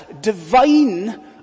divine